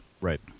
Right